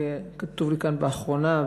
כתוב לי כאן באחרונה,